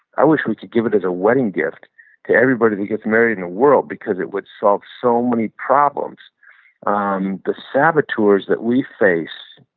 i wish we could give it as a wedding gift to everybody that gets married in the world because it would solve so many problems um the saboteurs that we face,